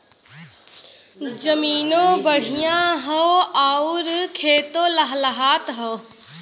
जमीनों बढ़िया हौ आउर खेतो लहलहात हौ